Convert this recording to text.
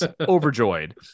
Overjoyed